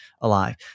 alive